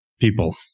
people